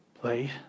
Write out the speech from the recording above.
play